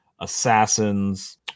assassins